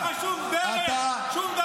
אין לך שום דרך, שום דבר.